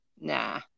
Nah